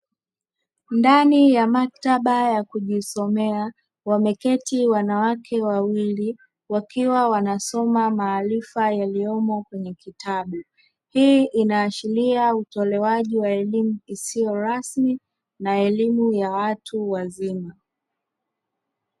Ndani ya maktaba ya kujisomea wameketi wanawake wawili wakiwa wanasoma maarifa yaliyomo kwenye kitabu. Hii inaashiria utolewaji wa elimu isiyo rasmi na elimu ya watu wazima.